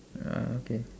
uh okay